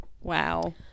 Wow